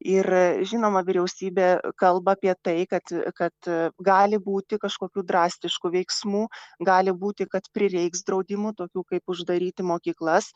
ir žinoma vyriausybė kalba apie tai kad kad gali būti kažkokių drastiškų veiksmų gali būti kad prireiks draudimų tokių kaip uždaryti mokyklas